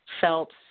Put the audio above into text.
felt